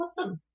Awesome